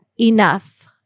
enough